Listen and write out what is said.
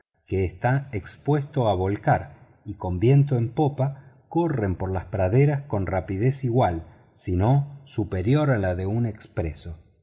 que está expuesto a volcar y con viento en popa corren por las praderas con rapidez igual si no superior a la de un expreso